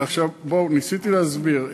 ניסיתי להסביר.